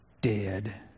dead